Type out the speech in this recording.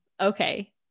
okay